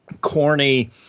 corny –